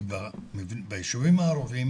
כי ביישובים הערבים